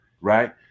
right